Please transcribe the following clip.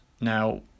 now